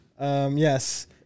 Yes